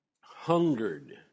hungered